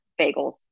bagels